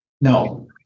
No